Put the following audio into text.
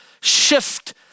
shift